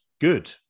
good